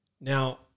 Now